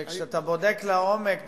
כשאתה בודק לעומק,